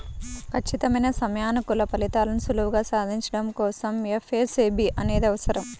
ఖచ్చితమైన సమయానుకూల ఫలితాలను సులువుగా సాధించడం కోసం ఎఫ్ఏఎస్బి అనేది అవసరం